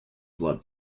blood